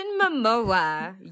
Momoa